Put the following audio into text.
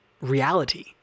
reality